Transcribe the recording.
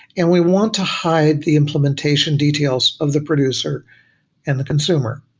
and we want to hide the implementation details of the producer and the consumer.